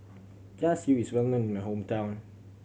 Char Siu is well known in my hometown